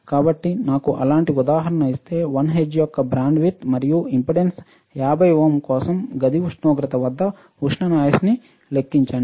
కాబట్టి నాకు అలాంటి ఉదాహరణ ఇస్తే 1 హెర్ట్జ్ యొక్క బ్యాండ్విడ్త్ మరియు ఇంపెడెన్స్ 50 ఓం కోసం గది ఉష్ణోగ్రత వద్ద ఉష్ణ నాయిస్న్ని లెక్కించండి